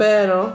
Pero